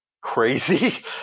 crazy